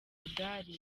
igare